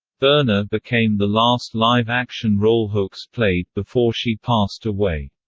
verna became the last live-action role hooks played before she passed away.